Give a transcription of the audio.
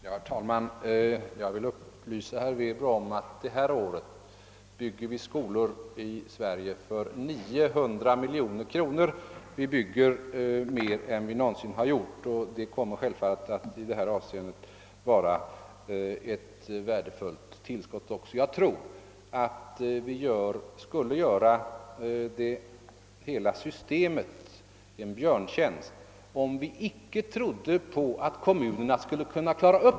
Herr talman! Jag vill upplysa herr Werbro om att detta år bygges skolor i Sverige för 900 miljoner kronor. Vi bygger sålunda mer än vi någonsin har gjort, och de nya skolorna kommer självfallet att bli ett värdefullt tillskott. Jag tror att man gör hela systemet en björntjänst om man inte litar på att kommunerna kan lösa denna fråga.